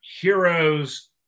heroes